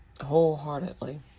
wholeheartedly